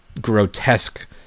grotesque